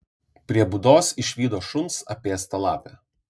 prie būdos išvydo šuns apėstą lapę